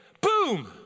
Boom